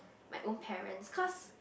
my own parents cause